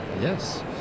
Yes